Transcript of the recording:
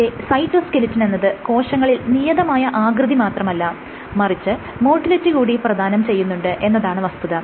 ഇവിടെ സൈറ്റോസ്കെലിറ്റനെന്നത് കോശങ്ങളിൽ നിയതമായ ആകൃതി മാത്രമല്ല മറിച്ച് മോട്ടിലിറ്റി കൂടി പ്രധാനം ചെയ്യുന്നുണ്ട് എന്നതാണ് വസ്തുത